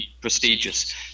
prestigious